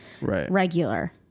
regular